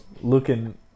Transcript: looking